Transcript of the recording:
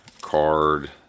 card